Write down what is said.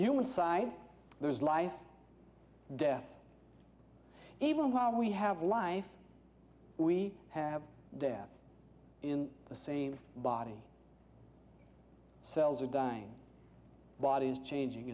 human side there is life and death even while we have life we have death in the same body cells are dying body's changing